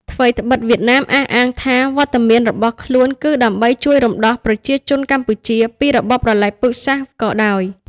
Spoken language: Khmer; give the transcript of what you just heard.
ថ្វីត្បិតវៀតណាមអះអាងថា វត្តមានរបស់ខ្លួនគឺដើម្បីជួយរំដោះប្រជាជនកម្ពុជាពីរបបប្រល័យពូជសាសន៍ក៏ដោយ។